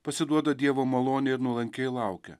pasiduoda dievo malonei ir nuolankiai laukia